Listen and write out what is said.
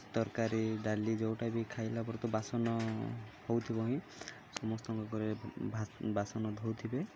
ତରକାରୀ ଡାଲି ଯେଉଁଟା ବି ଖାଇଲା ପରେ ତ ବାସନ ହେଉଥିବ ହିଁ ସମସ୍ତଙ୍କ ଘରେ ବାସନ ଧୋଉଥିବେ